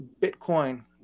Bitcoin